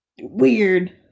Weird